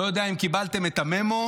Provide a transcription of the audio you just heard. לא יודע אם קיבלתם את ה-memo.